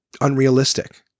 unrealistic